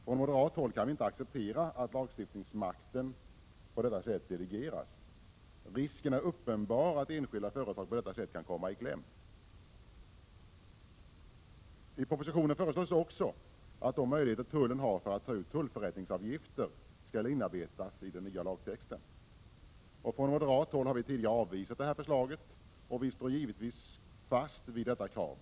Från moderat håll kan vi inte acceptera att lagstiftningsmakten på detta sätt delegeras. Risken är uppenbar att enskilda företag därigenom kan komma i kläm. I propositionen föreslås också att de möjligheter tullen har att ta ut tullförrättningsavgifter skall inarbetas i den nya lagtexten. Från moderat håll har vi tidigare avvisat detta förslag, och vi står givetvis fast vid det kravet.